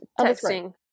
texting